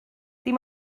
dim